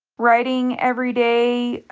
writing every day,